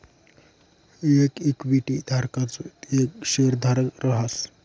येक इक्विटी धारकच येक शेयरधारक रहास